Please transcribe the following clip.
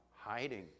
hiding